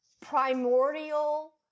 primordial